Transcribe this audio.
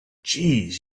jeez